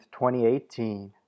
2018